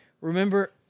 Remember